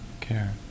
care